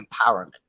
empowerment